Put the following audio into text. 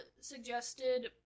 suggested